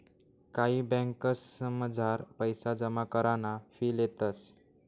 कायी ब्यांकसमझार पैसा जमा कराना फी लेतंस